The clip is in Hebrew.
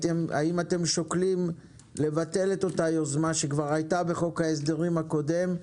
האם אתם שוקלים לבטל את אותה יוזמה שכבר הייתה בחוקי ההסדרים הקודמים,